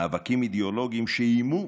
מאבקים אידיאולוגיים שאיימו